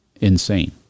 insane